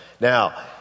now